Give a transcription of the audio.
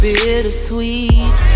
Bittersweet